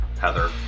Heather